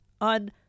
on